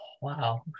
Wow